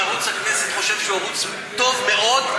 אם ערוץ הכנסת חושב שהוא ערוץ טוב מאוד,